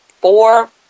four